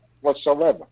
whatsoever